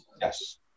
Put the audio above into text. Yes